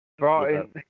Right